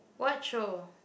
what show